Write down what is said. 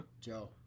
Joe